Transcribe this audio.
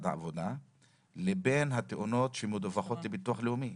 העבודה לבין העבודות שמדווחות לביטוח לאומי.